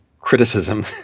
criticism